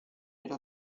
era